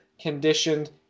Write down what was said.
conditioned